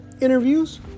interviews